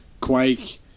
Quake